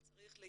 אם צריך,